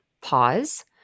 pause